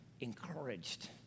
encouraged